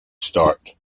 start